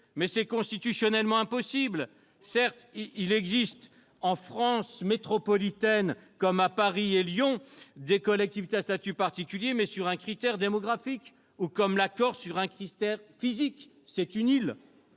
qui est constitutionnellement impossible. Certes, il existe en France métropolitaine, comme Paris et Lyon, des collectivités à statut particulier, mais reposant sur un critère démographique. De même pour la Corse, mais sur un critère physique- c'est une île